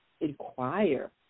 inquire